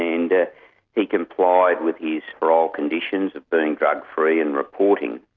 and he complied with his parole conditions of being drug-free and reporting.